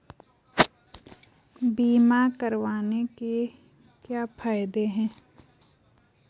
बीमा करवाने के क्या फायदे हैं?